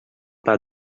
pas